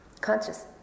conscious